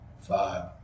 five